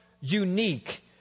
unique